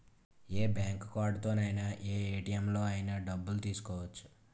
ఏ bank కార్డుతోనైన ఏ ATM లోనైన డబ్బులు తీసుకోవచ్చు